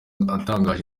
atangaje